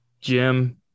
Jim